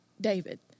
David